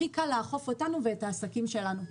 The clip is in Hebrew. הכי קל לאכוף עלינו ועל העסקים שלנו.